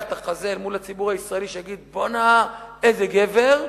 את החזה מול הציבור הישראלי שיגיד: בוא'נה איזה גבר,